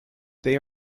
they